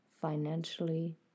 financially